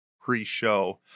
pre-show